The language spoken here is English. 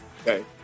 okay